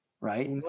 right